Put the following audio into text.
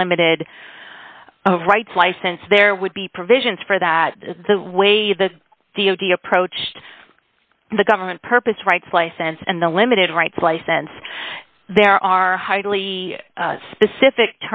unlimited rights license there would be provisions for that the way the d o d approached the government purpose rights license and the limited rights license there are hardly specific